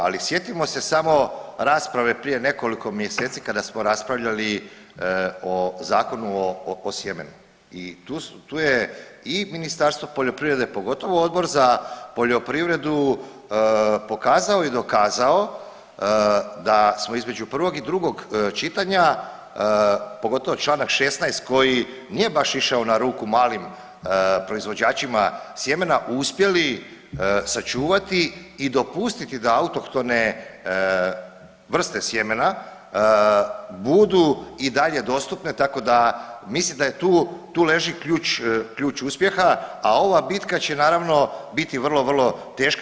Ali sjetimo se samo rasprave prije nekoliko mjeseci kada smo raspravljali o Zakonu o sjemenu i tu je i Ministarstvo poljoprivrede, pogotovo Odbor za poljoprivredu pokazao i dokazao da smo između prvog i drugog čitanja pogotovo članak 16. koji nije baš išao na ruku malim proizvođačima sjemena uspjeli sačuvati i dopustiti da autohtone vrste sjemena budu i dalje dostupne tako da mislim da tu leži ključ uspjeha, a ova bitka će naravno biti vrlo, vrlo teška.